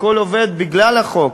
הכול עובד בגלל החוק.